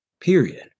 Period